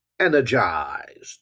energized